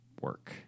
work